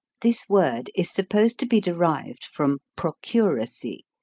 this word is supposed to be derived from procuracy,